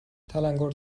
تلنگور